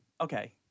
Okay